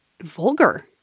vulgar